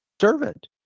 servant